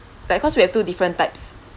like cause we have two different types